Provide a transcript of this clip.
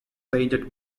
painted